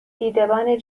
دیدبان